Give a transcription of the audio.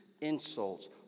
insults